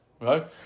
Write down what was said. right